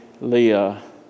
Leah